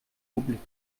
pubblica